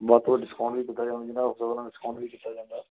ਵੱਧ ਤੋਂ ਵੱਧ ਡਿਸਕਾਉਂਟ ਵੀ ਦਿੱਤਾ ਜਾਂਦਾ ਹੈ ਜਿੰਨਾ ਹੋ ਸਕੇ ਉਨ੍ਹਾਂ ਨੂੰ ਡਿਸਕਾਉਂਟ ਵੀ ਕੀਤਾ ਜਾਂਦਾ ਹੈ